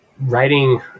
writing